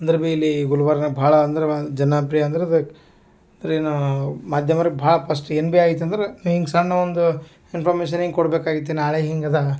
ಅಂದರೆ ಬಿ ಇಲ್ಲಿ ಗುಲ್ಬರ್ಗ ಭಾಳ ಅಂದ್ರೆ ಬ ಜನಪ್ರಿಯ ಅಂದ್ರದಕ್ಕೆ ಮಾಧ್ಯಮರೆ ಭಾಳ ಫಸ್ಟ್ ಏನು ಬಿ ಆಯ್ತು ಅಂದ್ರೆ ಹಿಂಗೆ ಸಣ್ಣವಂದು ಇನ್ಫಾರ್ಮಶನ್ ಹಿಂಗೆ ಕೊಡ್ಬೇಕಾಗಿತ್ತು ನಾಳೆ ಹಿಂಗೆ ಅದು